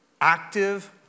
active